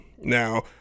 Now